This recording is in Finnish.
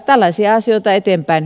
tällaisia asioita eteenpäin